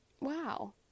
Wow